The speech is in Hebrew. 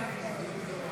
נתקבלה.